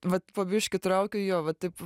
vat po biškį traukiu jo va taip